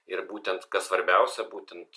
ir būtent kas svarbiausia būtent